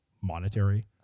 monetary